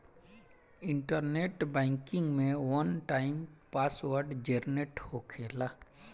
internet banking में one time password generate होखेला